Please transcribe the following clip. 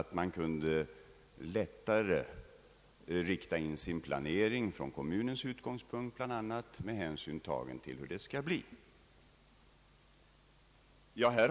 Det vore då lättare att rikta in planeringen, bl.a. från kommunens utgångspunkt, med hänsyn till den eventuella anläggningen.